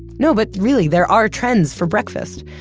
no but really, there are trends for breakfast.